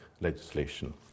legislation